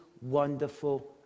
wonderful